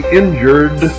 injured